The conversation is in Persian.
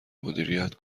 مدیریت